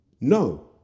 no